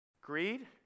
greed